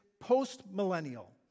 post-millennial